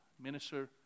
minister